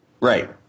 Right